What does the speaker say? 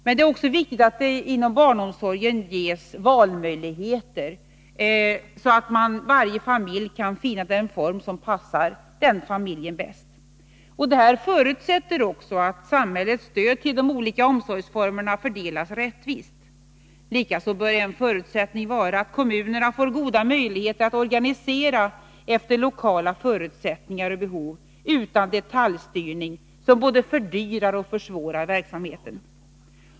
Men det är också viktigt att det inom barnomsorgen ges valmöjligheter, så att varje familj kan finna den form som passar den familjen bäst. Det förutsätter att samhällets stöd till de olika omsorgsformerna fördelas rättvist. Likaså bör en förutsättning vara att kommunerna får goda möjligheter att organisera barnomsorgen efter lokala förutsättningar och behov och utan detaljstyrning, som både fördyrar och försvårar verksamheten.